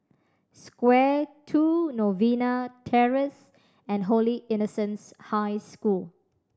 Square Two Novena Terrace and Holy Innocents' High School